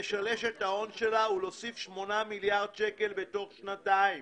לשלש את ההון שלה ולהוסיף שמונה מיליארד שקל בתוך שנתיים".